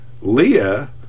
Leah